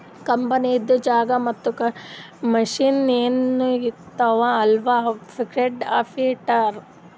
ಕಂಪನಿದು ಜಾಗಾ ಮತ್ತ ಮಷಿನ್ ಎನ್ ಇರ್ತಾವ್ ಅವು ಫಿಕ್ಸಡ್ ಕ್ಯಾಪಿಟಲ್